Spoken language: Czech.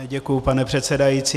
Děkuju, pane předsedající.